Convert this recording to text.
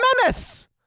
menace